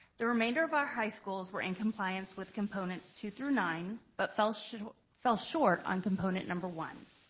the remainder of our high schools were in compliance with components two through nine, but fell short fell short on component number one.